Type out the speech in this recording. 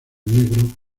negros